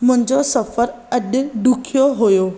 मुंहिंजो सफ़रु अॼु ॾुख्यो हुयो